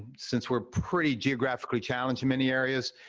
since we're pretty geographically-challenged in many areas,